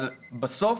בסוף,